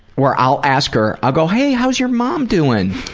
or i'll ask her, i'll go, hey, how's your mom doing?